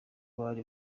bari